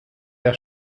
der